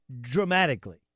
dramatically